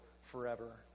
forever